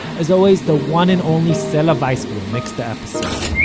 as always, the one and only sela waisblum mixed the episode,